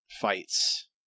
fights